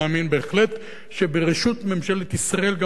אני מאמין בהחלט שברשות ממשלת ישראל גם